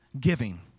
giving